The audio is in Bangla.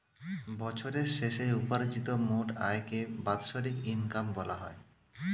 বছরের শেষে উপার্জিত মোট আয়কে বাৎসরিক ইনকাম বলা হয়